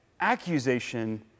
accusation